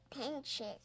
pinches